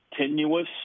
tenuous